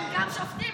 הם גם שופטים,